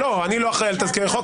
לא, אני לא אחראי על תזכיר החוק.